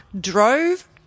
drove